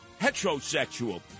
heterosexual